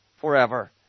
forever